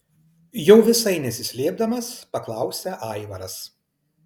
jau visai nesislėpdamas paklausia aivaras